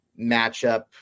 matchup